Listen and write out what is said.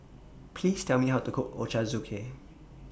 Please Tell Me How to Cook Ochazuke